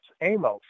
Amos